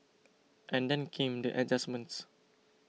and then came the adjustments